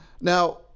Now